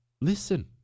listen